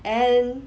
and